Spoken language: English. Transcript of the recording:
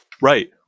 right